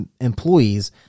employees